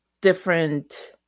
different